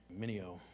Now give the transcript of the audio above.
Minio